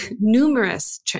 numerous